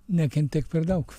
nekentėk per daug